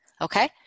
okay